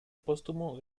póstumo